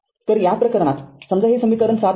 तर या प्रकरणातसमजा हे समीकरण ७ आहे